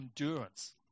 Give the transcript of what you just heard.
endurance